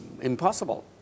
impossible